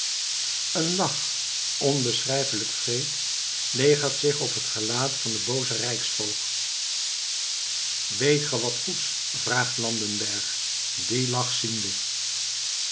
een lach onbeschrijflijk wreed legert zich op het gelaat van den boozen rijksvoogd weet ge wat goeds vraagt landenberg dien lach ziende